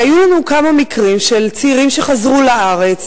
היו לנו כמה מקרים של צעירים שחזרו לארץ,